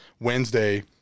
Wednesday